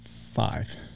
Five